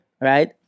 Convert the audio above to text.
right